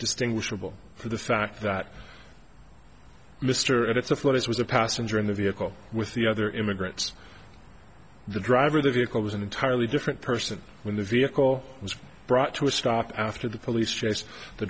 distinguishable from the fact that mr ed it's a flawed as was a passenger in the vehicle with the other immigrants the driver the vehicle was an entirely different person when the vehicle was brought to a stop after the police chase the